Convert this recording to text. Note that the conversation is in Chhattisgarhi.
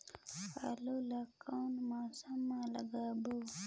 आलू ला कोन मौसम मा लगाबो?